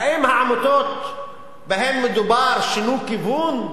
האם העמותות שבהן מדובר שינו כיוון?